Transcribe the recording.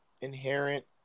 inherent